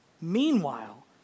Meanwhile